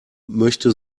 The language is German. möchte